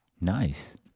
Nice